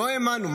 לא האמנו.